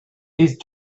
these